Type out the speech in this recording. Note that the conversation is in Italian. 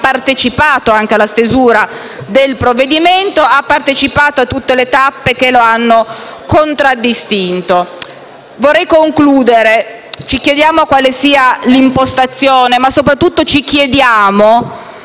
partecipato alla stesura del provvedimento, seguendo tutte le tappe che lo hanno contraddistinto. In conclusione ci chiediamo quale sia l'impostazione, ma soprattutto quale sia